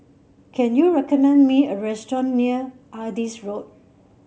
can you recommend me a restaurant near Adis Road